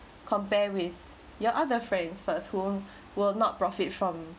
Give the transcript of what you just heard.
compare with your other friends first who will not profit from